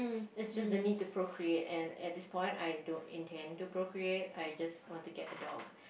is just the need to procreate and at this point I don't intend to procreate I just want to get a dog